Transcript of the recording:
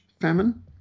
famine